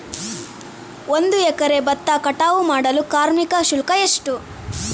ಒಂದು ಎಕರೆ ಭತ್ತ ಕಟಾವ್ ಮಾಡಲು ಕಾರ್ಮಿಕ ಶುಲ್ಕ ಎಷ್ಟು?